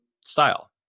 style